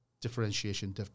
differentiation